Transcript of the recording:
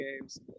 games